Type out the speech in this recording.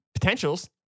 potentials